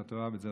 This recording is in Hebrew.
אתה תאהב את זה,